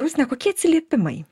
rusne kokie atsiliepimai